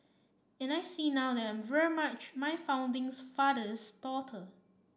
and I see now that I'm very much my father's daughter